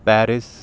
Paris